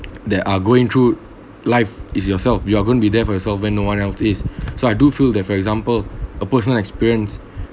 there are going through life is yourself you're going be there for yourself when no one else is so I do feel that for example a personal experience